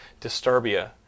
Disturbia